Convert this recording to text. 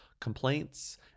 complaints